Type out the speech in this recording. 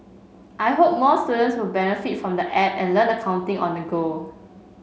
I hope more students will benefit from the app and learn accounting on the go